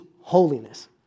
holiness